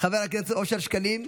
חבר הכנסת אושר שקלים,